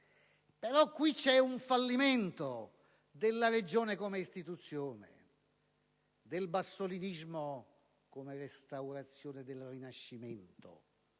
però qui c'è un fallimento della Regione come istituzione, del bassolinismo come restaurazione del Rinascimento,